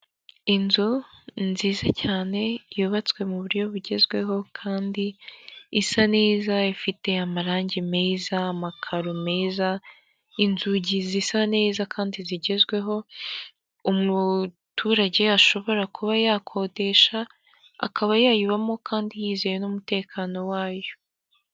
Inzu nziza cyane yubatswe mu buryo bugezweho kandi isa neza, ifite amarangi meza, amakaro meza inzugi zisa neza kandi zigezweho, umuturage ashobora kuba yakodesha akaba yayibamo kandi yizewe n'umutekano wayo.